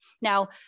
Now